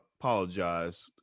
apologize